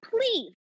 please